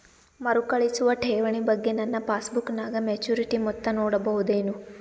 ಮರುಕಳಿಸುವ ಠೇವಣಿ ಬಗ್ಗೆ ನನ್ನ ಪಾಸ್ಬುಕ್ ನಾಗ ಮೆಚ್ಯೂರಿಟಿ ಮೊತ್ತ ನೋಡಬಹುದೆನು?